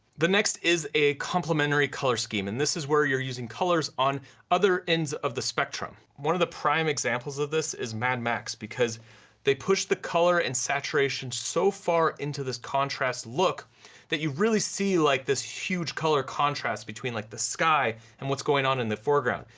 the next is a complementary color scheme and this is where you're using colors on other ends of the spectrum. one of the prime examples of this is mad max because they push the color and saturation so far into this contrast look that you really see like this huge color contrast between like the sky and what's going on in the foreground,